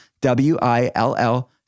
W-I-L-L